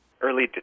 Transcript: Early